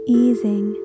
easing